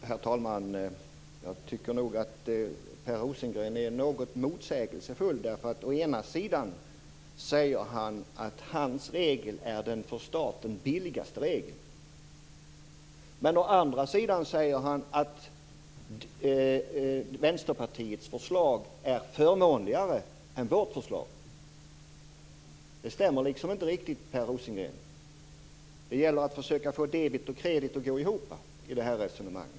Herr talman! Jag tycker att Per Rosengren är något motsägelsefull. Å ena sidan säger han att hans regel är den för staten billigaste regeln, å andra sidan säger han att Vänsterpartiets förslag är förmånligare än majoritetens förslag. Det stämmer inte riktigt, Per Rosengren. Det gäller att försöka få debet och kredit att gå ihop i resonemanget.